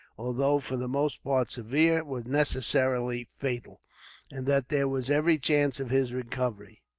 although for the most part severe, were necessarily fatal and that there was every chance of his recovery.